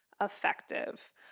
effective